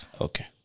Okay